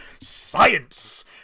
science